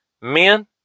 Men